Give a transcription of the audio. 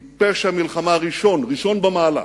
היא פשע מלחמה ראשון במעלה.